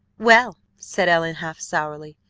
well, said ellen half sourly,